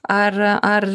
ar ar